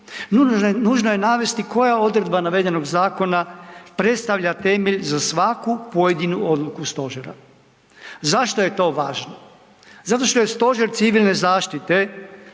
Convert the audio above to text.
nužno je navesti koja odredba navedenog zakona predstavlja temelj za svaku pojedinu odluku stožera. Zašto je to važno? Zato što je Stožer civilne zaštite,